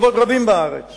במקומות רבים בארץ